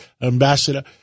Ambassador